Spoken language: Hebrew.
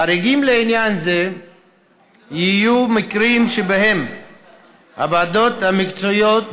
חריגים לעניין זה יהיו מקרים שבהם הוועדות המקצועיות